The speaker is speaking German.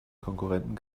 konkurrenten